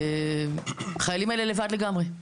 החיילים האלה לבד לגמרי.